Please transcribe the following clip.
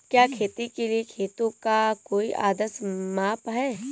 क्या खेती के लिए खेतों का कोई आदर्श माप है?